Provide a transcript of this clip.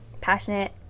passionate